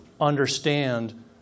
understand